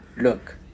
look